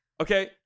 okay